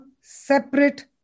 separate